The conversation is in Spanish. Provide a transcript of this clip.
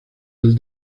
del